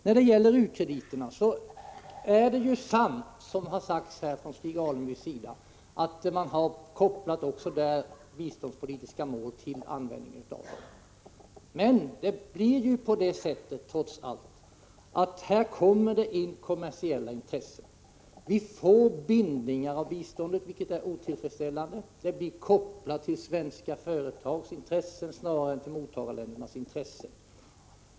När det gäller u-krediterna är det sant, som Stig Alemyr här sade, att man har kopplat också där biståndspolitiska mål till användningen av pengarna. Men det blir trots allt så att kommersiella intressen kommer in. Vi får bindningar av biståndet, vilket är otillfredsställande. Biståndet blir kopplat till svenska företags intressen snarare än till mottagarländernas intressen.